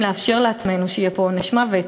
לאפשר לעצמנו שיהיה פה עונש מוות.